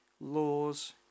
laws